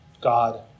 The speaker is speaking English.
God